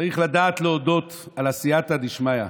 צריך לדעת להודות על הסייעתא דשמיא.